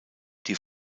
die